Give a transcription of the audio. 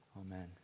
Amen